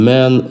Men